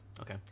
Okay